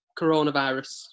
coronavirus